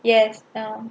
yes uh